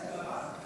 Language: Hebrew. בסדר.